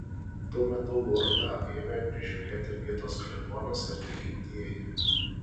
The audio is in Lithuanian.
tuo metu lurdą ėmė prižiūrėti vietos klebonas ir tikintieji